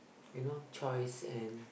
you know choice and